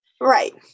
Right